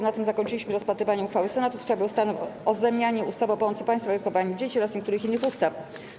Na tym zakończyliśmy rozpatrywanie uchwały Senatu w sprawie ustawy o zmianie ustawy o pomocy państwa w wychowywaniu dzieci oraz niektórych innych ustaw.